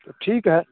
तो ठीक है